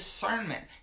discernment